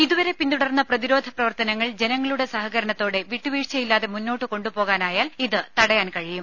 ഇതുവരെ പിന്തുടർന്ന പ്രതിരോധ പ്രവർത്തനങ്ങൾ ജനങ്ങളുടെ സഹകരണത്തോടെ വിട്ടുവീഴ്ചയില്ലാതെ മുന്നോട്ടു കൊണ്ടുപോകാനായാൽ ഇതു തടയാൻ കഴിയും